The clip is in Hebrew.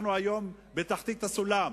היום אנחנו בתחתית הסולם.